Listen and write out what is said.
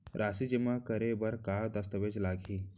राशि जेमा करे बर का दस्तावेज लागही?